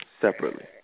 separately